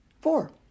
Four